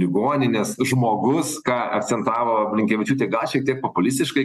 ligoninės žmogus ką akcentavo blinkevičiūtė gal šiek tiek populistiškai